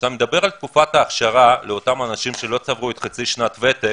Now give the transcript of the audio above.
כשאתה מדבר על תקופת האכשרה לאותם אנשים שלא צברו חצי שנת ותק,